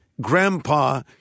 grandpa